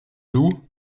loup